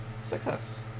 Success